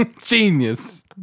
Genius